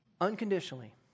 unconditionally